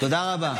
תודה רבה.